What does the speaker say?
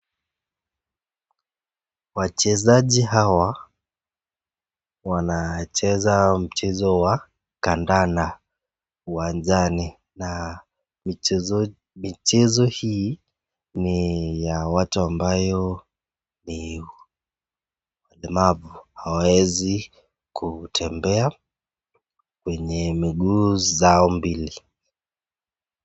Wachezaji hawa wanacheza mchezo wa kandanda uwanjani na michezo hii ni ya watu ambayo ni walemavu. Hawaezi kutembea kwenye miguu zao mbili.